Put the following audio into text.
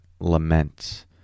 lament